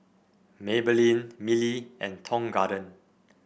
Maybelline Mili and Tong Garden